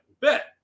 bet